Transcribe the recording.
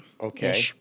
Okay